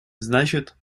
значит